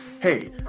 hey